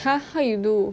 !huh! how you do